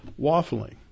waffling